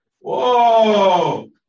Whoa